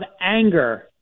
anger